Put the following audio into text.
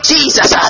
Jesus